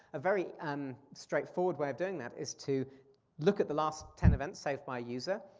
a very um straightforward way of doing that is to look at the last ten events saved by a user.